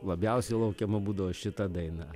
labiausiai laukiama būdavo šita daina